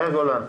יאיר גולן.